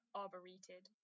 arboreted